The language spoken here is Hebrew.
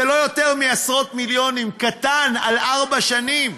זה לא יותר מעשרות מיליונים, קטן, על ארבע שנים.